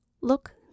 Look